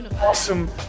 awesome